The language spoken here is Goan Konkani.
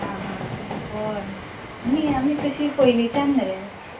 आं हा होय आमी आमी तशी पयलींच्यान न रे